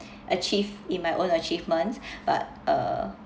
achieve in my own achievements but uh